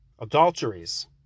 adulteries